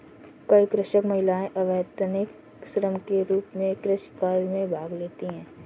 कई कृषक महिलाएं अवैतनिक श्रम के रूप में कृषि कार्य में भाग लेती हैं